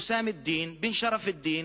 חוסאם א-דין בן שרף א-דין,